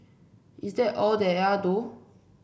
is that all they are though